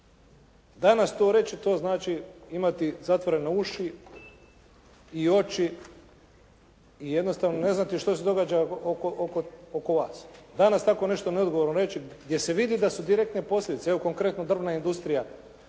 Danas to reći, to znači imati zatvorene uši i oči i jednostavno ne znati što se događa oko vas. Danas tako nešto neodgovorno reći gdje se vidi da su direktne posljedice, evo konkretno drvna industrija